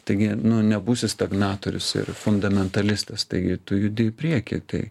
taigi nu nebūsi stagnatorius ir fundamentalistas taigi tu judi į priekį tai